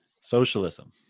Socialism